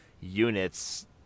units